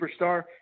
superstar